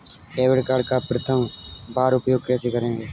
Debit card का प्रथम बार उपयोग कैसे करेंगे?